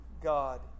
God